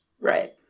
Right